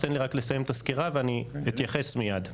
רק תן לי לסיים את הסקירה ואני אתייחס מיד.